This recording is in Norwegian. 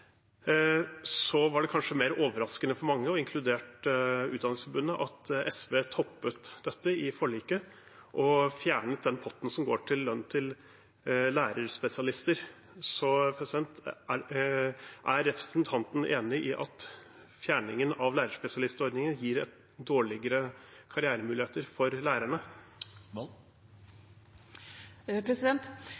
var kanskje mer overraskende for mange – inkludert Utdanningsforbundet – at SV toppet dette i forliket og fjernet den potten som går til lønn til lærerspesialister. Er representanten enig i at fjerningen av lærerspesialistordningen gir dårligere karrieremuligheter for lærerne? Det er et viktig og